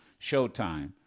Showtime